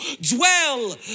dwell